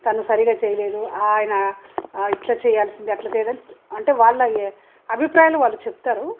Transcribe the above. తను సరిగ్గా చేయలేదు ఆయన ఇట్లా చేయాల్సింది అట్లా చే అంటే వాళ్ళ అభిప్రాయాలను వాళ్ళు చెబుతారు